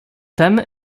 tem